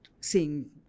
seeing